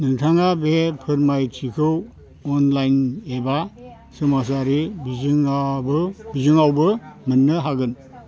नोंथाङा बे फोरमायथिखौ अनलाइन एबा समाजारि बिजोङावबो मोननो हागोन